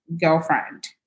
girlfriend